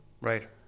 Right